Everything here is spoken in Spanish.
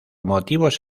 motivos